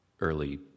early